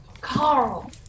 Carl